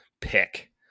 pick